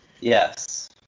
Yes